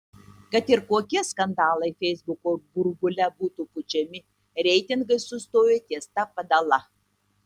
kad ir kokie skandalai feisbuko burbule būtų pučiami reitingai sustojo ties ta padala